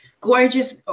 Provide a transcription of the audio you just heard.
gorgeous